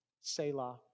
Selah